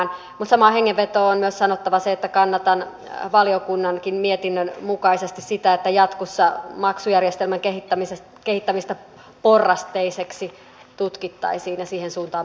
mutta samaan hengenvetoon on myös sanottava se että kannatan valiokunnankin mietinnön mukaisesti sitä että jatkossa maksujärjestelmän kehittämistä porrasteiseksi tutkittaisiin ja siihen suuntaan mentäisiin